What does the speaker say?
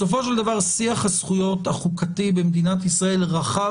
בסופו של דבר שיח הזכויות החוקתי במדינת ישראל רחב